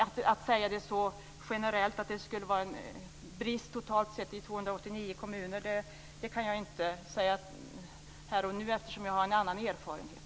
Men att säga att det råder en brist i 289 kommuner kan jag inte uttala mig om nu eftersom jag har en annan erfarenhet.